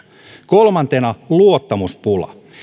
kolmantena luottamuspula